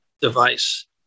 device